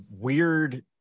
weird